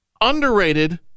underrated